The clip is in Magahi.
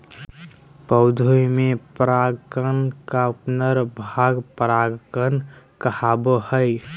पौधा में पराग कण का नर भाग परागकण कहावो हइ